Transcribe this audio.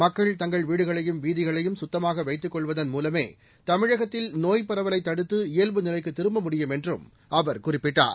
மக்கள் தங்கள் வீடுகளையும் வீதிகளையும் சுத்தமாக வைத்துக் கொள்வதன் மூலமே தமிழகத்தில் நோய்ப் பரவலை தடுத்து இயல்பு நிலைக்கு திரும்ப முடியும் என்றும் அவர் குறிப்பிட்டார்